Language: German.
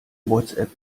whatsapp